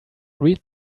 read